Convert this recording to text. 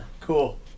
Cool